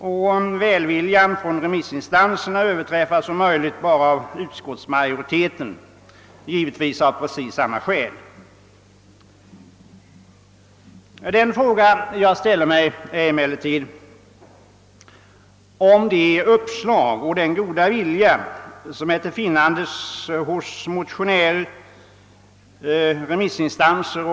Remissinstansernas välvilja överträffas om möjligt bara av utskottsmajoritetens, givetvis av samma skäl. Den fråga jag ställer mig är emellertid om de uppslag och den goda vilja som är till finnandes hos motionärer, remissinstanser .